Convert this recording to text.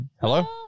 Hello